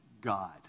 God